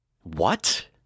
What